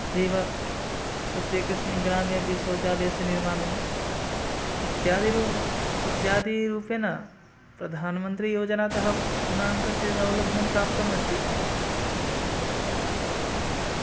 तथैव प्रत्येकस्मिन् ग्रामे अपि शौचालयस्य निर्माणम् इत्यादिरू इत्यादिरूपेण प्रधानमन्त्रियोजनातः बहूनाङ्कृते सौलभ्यं प्राप्तमस्ति